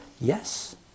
Yes